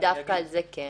דווקא על זה הם כן זכאים.